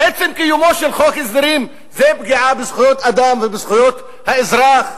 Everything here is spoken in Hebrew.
עצם קיומו של חוק הסדרים זה פגיעה בזכויות אדם ובזכויות האזרח.